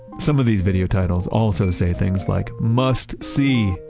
some of these video titles also say things like, must see,